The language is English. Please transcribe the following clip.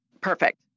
Perfect